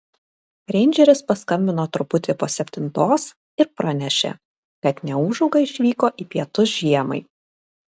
reindžeris paskambino truputį po septintos ir pranešė kad neūžauga išvyko į pietus žiemai